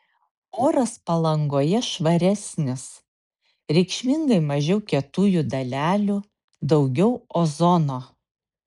oras palangoje švaresnis reikšmingai mažiau kietųjų dalelių daugiau ozono